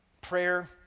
prayer